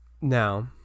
now